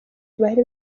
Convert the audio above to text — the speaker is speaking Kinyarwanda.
bari